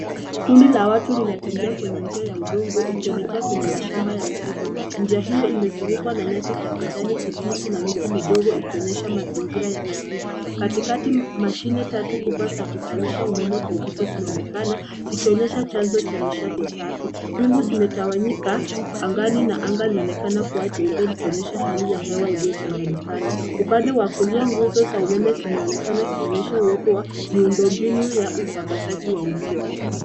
Kundi la watu linatembea kwenye njia ya udongo, ikielekea kwenye mashamba ya upepo. Njia hiyo imesurukwa na nyasi za kijani kibichi na miti midogo, ikionyesha mazingira ya asili. Katikati mashine tatu kubwa za kuzalisha umeme kwa upepo zinaonekana, zikionyesha chanzo cha nishati safi. Wingu zimetawanyika, angani na anga inaonekana kuacha upeli, ikionyesha hali ya hewa ilio changanyikana. Upande wakulia nguzo za umeme zimeonekana, zikionyesha uepo wa miundombinu ya usambazaji wa umeme.